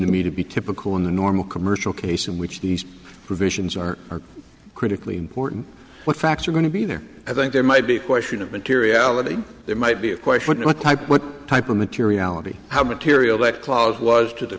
to me to be typical in the normal commercial case in which these provisions are critically important what facts are going to be there i think there might be a question of materiality there might be a question of what type what type of materiality how material that clause was to the